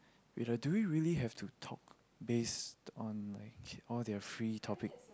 wait ah do we really have to talk based on like all their free topic